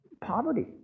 poverty